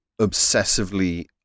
obsessively